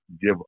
give